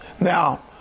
Now